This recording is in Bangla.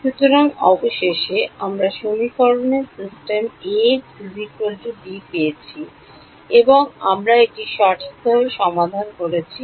সুতরাং অবশেষে আমরা সমীকরণের সিস্টেম Ax b পেয়েছি এবং আমরা এটি সঠিকভাবে সমাধান করেছি